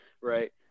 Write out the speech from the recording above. right